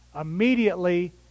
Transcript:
immediately